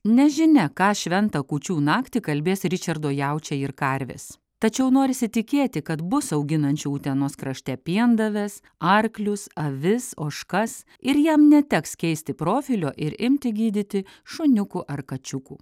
nežinia ką šventą kūčių naktį kalbės ričardo jaučiai ir karvės tačiau norisi tikėti kad bus auginančių utenos krašte piendaves arklius avis ožkas ir jam neteks keisti profilio ir imti gydyti šuniukų ar kačiukų